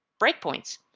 breakpoints,